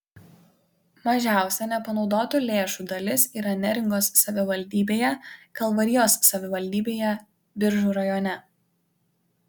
mažiausia nepanaudotų lėšų dalis yra neringos savivaldybėje kalvarijos savivaldybėje biržų rajone